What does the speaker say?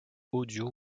audio